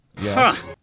Yes